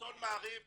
עיתון מעריב --- חבל,